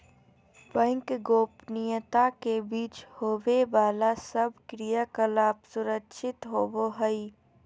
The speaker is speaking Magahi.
बैंक गोपनीयता के बीच होवे बाला सब क्रियाकलाप सुरक्षित होवो हइ